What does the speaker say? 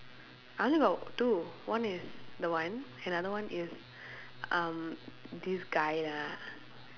I only got two one is the one another one is um this guy lah